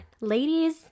ladies